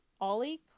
Ollie